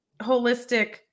holistic